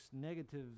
negative